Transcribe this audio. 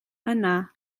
yna